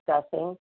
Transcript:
discussing